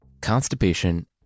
Constipation